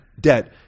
debt